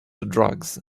drugs